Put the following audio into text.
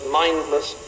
mindless